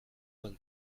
vingt